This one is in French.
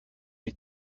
les